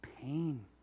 pain